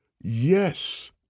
yes